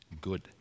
good